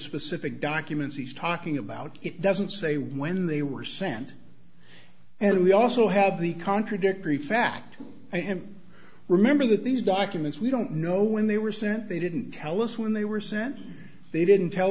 specific documents he's talking about it doesn't say when they were sent and we also have the contradictory fact i can't remember that these documents we don't know when they were sent they didn't tell us when they were sent they didn't tell